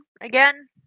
again